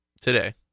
today